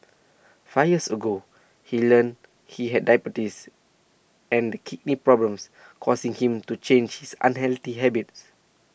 five years ago he learnt he had diabetes and kidney problems causing him to change his unhealthy habits